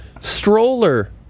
stroller